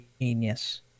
genius